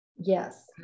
Yes